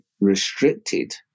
restricted